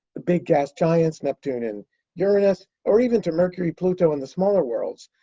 the big gas giants neptune and uranus, or even to mercury, pluto, and the smaller worlds,